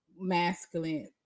Masculine